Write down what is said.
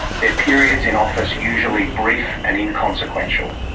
their periods in office usually brief and inconsequential.